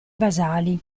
basali